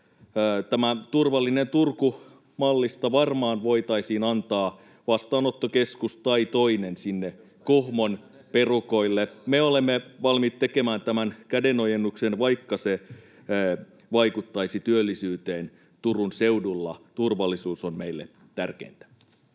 tästä Turvallinen Turku -mallista varmaan voitaisiin antaa vastaanottokeskus tai toinen sinne Kuhmon perukoille. [Petri Huru: Edustaja Kettusen esityksiä odotelleessa!] Me olemme valmiita tekemään tämän kädenojennuksen, vaikka se vaikuttaisi työllisyyteen Turun seudulla. Turvallisuus on meille tärkeintä.